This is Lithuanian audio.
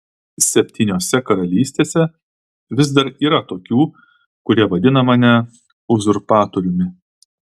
septyniose karalystėse vis dar yra tokių kurie vadina mane uzurpatoriumi